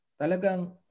talagang